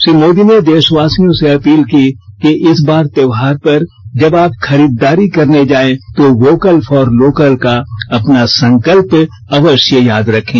श्री मोदी ने दे ावासियों से अपील की कि इस बार त्योहार पर जब आप खरीदारी करने जाए तो वोकल फॉर लोकल का अपना संकल्प अव य याद रखें